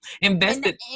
Invested